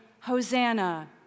Hosanna